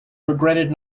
regretted